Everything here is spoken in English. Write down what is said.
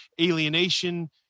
alienation